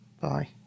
Bye